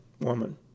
woman